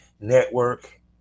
Network